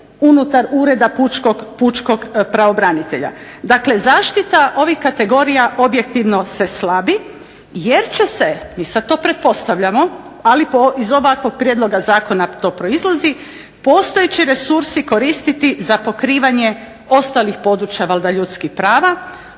unutar ureda pučkog pravobranitelja. Dakle zaštita ovih kategorija objektivno se slabi, jer će se, i sad to pretpostavljamo, ali iz ovakvog prijedloga zakona to proizlazi, postojeći resursi koristiti za pokrivanje ostalih područja valjda ljudskih prava,